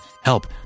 help